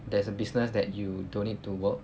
there's a business that you don't need to work